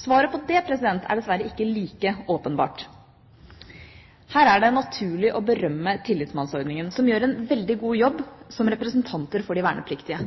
Svaret på det er dessverre ikke like åpenbart. Her er det naturlig å berømme Tillitsmannsordningen, som gjør en veldig god jobb som representanter for de vernepliktige.